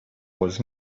was